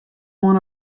oan